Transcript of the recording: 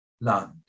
land